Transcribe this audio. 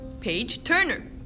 Page-Turner